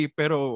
pero